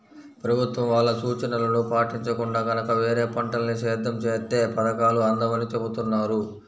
ప్రభుత్వం వాళ్ళ సూచనలను పాటించకుండా గనక వేరే పంటల్ని సేద్యం చేత్తే పథకాలు అందవని చెబుతున్నారు